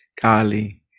golly